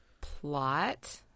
plot